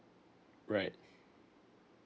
right